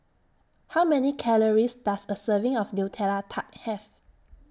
How Many Calories Does A Serving of Nutella Tart Have